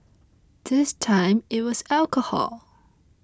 this time it was alcohol